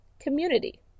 community